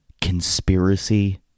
conspiracy